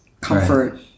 comfort